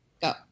Go